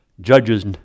judges